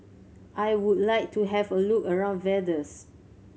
I would like to have a look around Vaduz